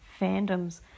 fandoms